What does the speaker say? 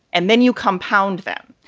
and then you compound them.